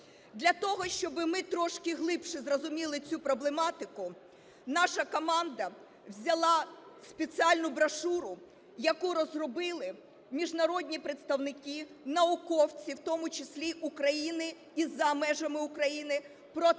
Для того, щоб ми трошки глибше зрозуміли цю проблематику, наша команда взяла спеціальну брошуру, яку розробили міжнародні представники, науковці, в тому числі України і за межами України, про